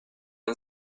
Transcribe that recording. had